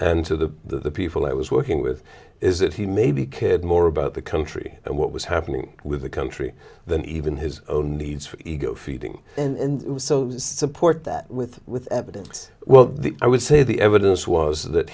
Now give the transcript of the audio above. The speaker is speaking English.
and to the people i was working with is that he maybe kid more about the country and what was happening with the country than even his own needs for ego feeding and support that with with evidence well i would say the evidence was that